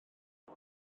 ond